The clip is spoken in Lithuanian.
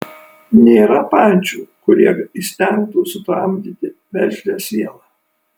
nėra pančių kurie įstengtų sutramdyti veržlią sielą